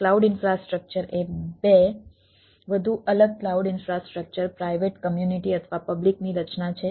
cloud infrastructure એ બે વધુ અલગ ક્લાઉડ ઈન્ફ્રાસ્ટ્રક્ચર પ્રાઇવેટ કમ્યુનિટી અથવા પબ્લિકની રચના છે